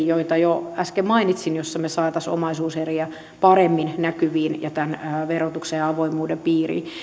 joita jo äsken mainitsin joissa me saisimme omaisuuseriä paremmin näkyviin ja tämän verotuksen ja avoimuuden piiriin